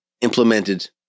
implemented